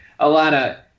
Alana